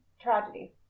tragedy